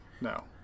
No